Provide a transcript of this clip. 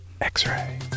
X-Ray